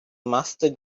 master